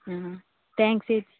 ആ താങ്ക്സ് ഏച്ചി